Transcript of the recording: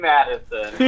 Madison